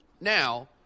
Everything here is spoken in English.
Now